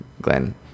Glenn